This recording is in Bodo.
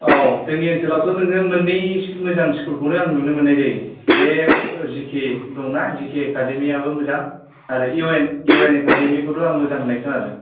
औ जोंनि ओनसोलावथ' नोङो मोननै मोजां स्कुलखौनो आं नुनो मोननाय जायो बे जि के दंना जि के एकादेमि आबो मोजां आरो इउ एन एकादेमि खौथ' आं मोजां होननाय खोनादों